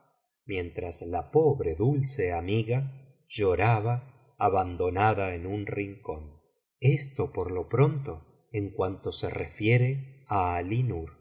mientras la pobre dulce amiga lloraba abandonada en un rincón esto por lo pronto en cuanto se refiere á